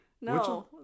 No